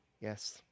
Yes